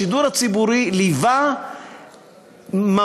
השידור הציבורי ליווה ממש,